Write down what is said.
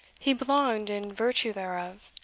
he belonged, in virtue thereof,